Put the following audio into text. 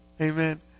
Amen